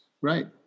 Right